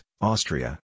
Austria